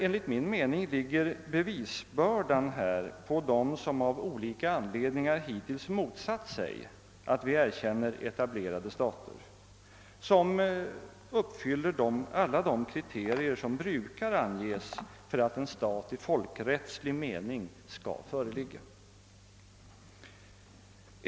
Enligt min mening ligger emellertid bevisbördan hos dem som hittills av olika anledningar motsatt sig att vi erkänner etablerade stater, vilka uppfyller alla de kriterier som brukar anges för att en stat i folkrättslig mening skall föreligga.